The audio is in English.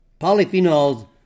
Polyphenols